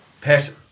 Pet